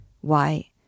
Why